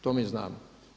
To mi znamo.